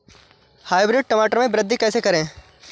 Hybrid टमाटर में वृद्धि कैसे करें?